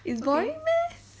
it's boring meh